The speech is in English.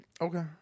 Okay